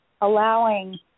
allowing